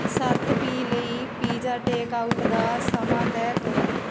ਸੱਤ ਪੀ ਲਈ pizza takeout ਦਾ ਸਮਾਂ ਤਹਿ ਕਰੋ